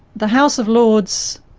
the house of lords,